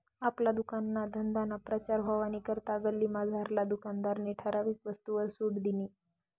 आपला दुकानना धंदाना प्रचार व्हवानी करता गल्लीमझारला दुकानदारनी ठराविक वस्तूसवर सुट दिनी